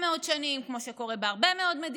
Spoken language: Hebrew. כמו שקורה בהרבה מאוד מדינות בעולם.